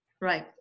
Right